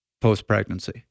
post-pregnancy